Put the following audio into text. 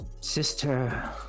sister